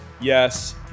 yes